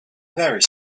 very